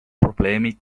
probleemid